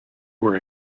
were